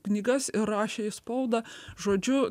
knygas ir rašė į spaudą žodžiu